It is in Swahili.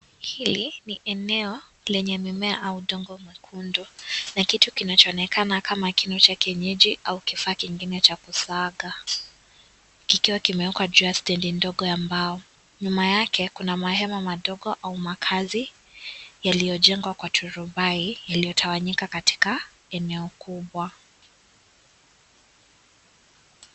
Hili ni eneo lenye mimea au udongo mwekundu na kitu kinachoonekana kama kino cha kienyeji au kifaa kingine cha kusaga kikiwa kimewekwa juu ya stuli ndogo ya mbao , nyuma yake kuna mahema madogo au makazi yaliyojenywa kwa turubai iliyotawanyika katika eneo kubwa.